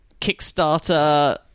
Kickstarter